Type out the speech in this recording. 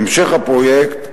המשך הפרויקט,